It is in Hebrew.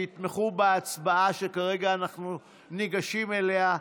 שיתמכו בה בהצבעה שכרגע אנחנו ניגשים אליה.